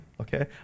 okay